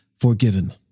forgiven